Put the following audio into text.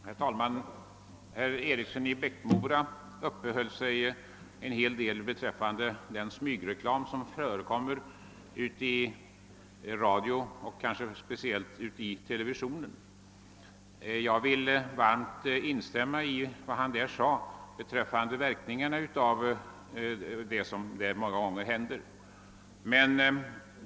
Herr talman! Herr Eriksson i Bäckmora uppehöll sig en hel del vid den smygreklam som förekommer i radio och kanske särskilt i TV. Jag vill varmt instämma i vad han sade om verkningarna därav.